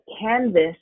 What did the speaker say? canvas